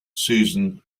susan